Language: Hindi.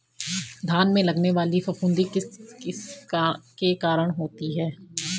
धान में लगने वाली फफूंदी किस किस के कारण होती है?